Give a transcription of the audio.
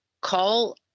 call